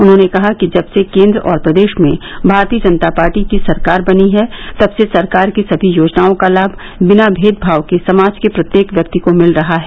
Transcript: उन्होंने कहा कि जबसे केन्द्र और प्रदेश में भारतीय जनता पार्टी की सरकार बनी है तबसे सरकार की समी योजनाओं का लाम बिना भेदभाव के समाज के प्रत्येक व्यक्ति को मिल रहा है